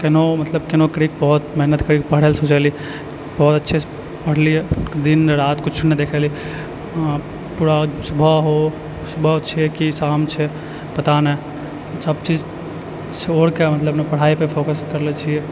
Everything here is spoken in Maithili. केनहुँ मतलब केनहुँ करिके बहुत मेहनत करिके पढ़ैलए सोचलिए बहुत अच्छेसँ पढ़लिए दिन राति किछु नहि देखलिए पूरा सुबह हो सुबह छै कि शाम छै पता नहि सब चीज छोड़िके मतलब पढ़ाइपर फोकस करलै छिए